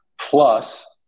Plus